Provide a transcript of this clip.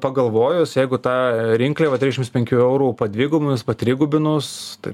pagalvojus jeigu tą rinkliavą trisdešimt penkių eurų padvigubinus patrigubinus tai